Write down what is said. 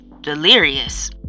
delirious